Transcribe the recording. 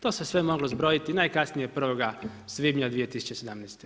To se sve moglo zbrojiti najkasnije 1. svibnja 2017.